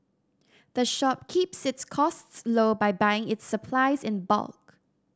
the shop keeps its costs low by buying its supplies in bulk